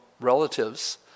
relatives